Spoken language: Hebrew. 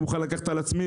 אני מוכן לקחת על עצמי,